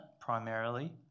primarily